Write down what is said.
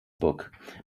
book